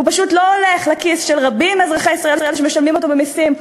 הוא פשוט לא הולך לכיס של רבים מאזרחי ישראל שמשלמים אותו במסים,